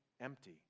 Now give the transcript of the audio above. empty